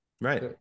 Right